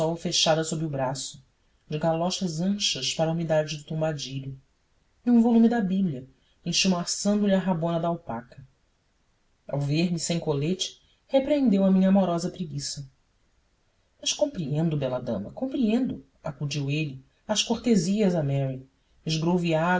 fechada sobre o braço de galochas anchas para a umidade do tombadilho e um volume da bíblia enchumaçando lhe a rabona de alpaca ao ver-me sem colete repreendeu a minha amorosa preguiça mas compreendo bela dama compreendo acudiu ele às cortesias a mary